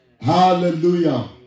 Hallelujah